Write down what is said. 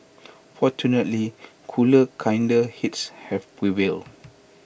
fortunately cooler kinder heads have prevailed